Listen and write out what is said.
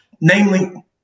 Namely